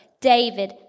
David